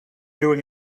doing